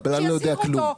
הקבלן לא יודע כלום.